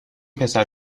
پسر